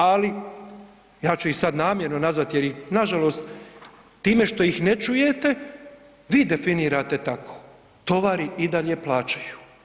Ali ja ću ih sad namjerno nazvati jer i nažalost time što ih ne čujete, vi definirate tako, tovari i dalje plaćaju.